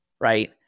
right